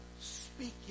speaking